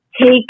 take